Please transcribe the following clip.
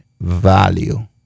value